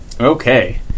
Okay